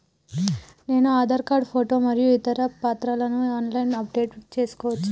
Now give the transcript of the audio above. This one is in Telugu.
నేను ఆధార్ కార్డు ఫోటో మరియు ఇతర పత్రాలను ఆన్ లైన్ అప్ డెట్ చేసుకోవచ్చా?